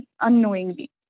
unknowingly